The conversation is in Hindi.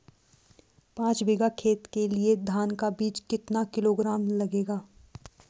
पाँच बीघा खेत के लिये धान का बीज कितना किलोग्राम लगेगा?